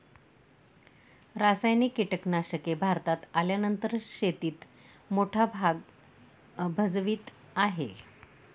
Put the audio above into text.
रासायनिक कीटनाशके भारतात आल्यानंतर शेतीत मोठा भाग भजवीत आहे